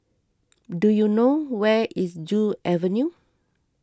do you know where is Joo Avenue